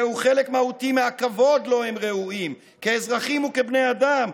זהו חלק מהותי מהכבוד שהם ראויים לו כאזרחים וכבני אדם.